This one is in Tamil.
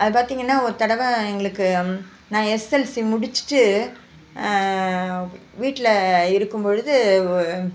அது பார்த்தீங்கன்னா ஒரு தடவை எங்களுக்கு நான் எஸ்எஸ்எல்சி முடிச்சுட்டு வீட்டில் இருக்கும் பொழுது